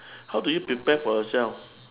how do you prepare for yourself